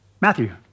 Matthew